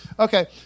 Okay